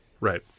Right